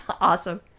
awesome